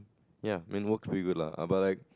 ya main work's pretty good [la] but like